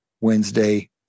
Wednesday